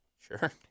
Sure